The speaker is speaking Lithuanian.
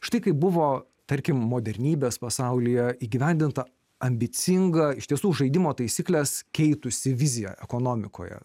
štai kaip buvo tarkim modernybės pasaulyje įgyvendinta ambicinga iš tiesų žaidimo taisykles keitusi vizija ekonomikoje